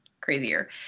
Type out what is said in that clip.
crazier